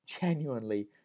genuinely